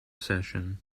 session